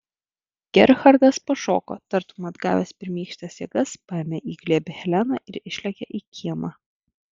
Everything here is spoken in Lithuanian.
gerhardas pašoko tartum atgavęs pirmykštes jėgas paėmė į glėbį heleną ir išlėkė į kiemą